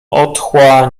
otchła